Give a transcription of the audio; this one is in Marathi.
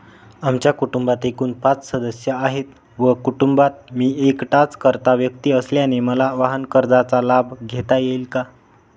आमच्या कुटुंबात एकूण पाच सदस्य आहेत व कुटुंबात मी एकटाच कर्ता व्यक्ती असल्याने मला वाहनकर्जाचा लाभ घेता येईल का?